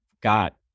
got